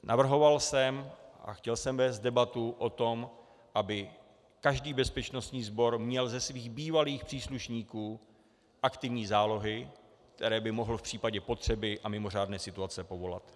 Navrhoval jsem a chtěl jsem vést debatu o tom, aby každý bezpečnostní sbor měl ze svých bývalých příslušníků aktivní zálohy, které by mohl v případě potřeby a mimořádné situace povolat.